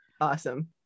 awesome